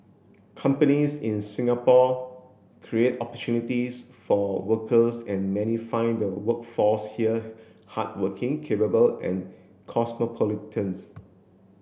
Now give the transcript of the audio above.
companies in Singapore create opportunities for workers and many find the workforce here hardworking capable and cosmopolitans